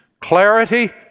Clarity